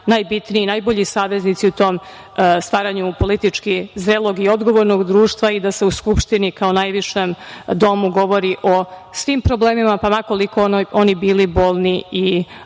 najbitniji i najbolji saveznici u tom staranju politički zrelog i odgovornog društva i da se u Skupštini, kao najvišem domu, govori o svim problemima pa ma koliko oni bili bolni i